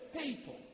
people